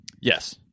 Yes